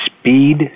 speed